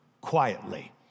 quietly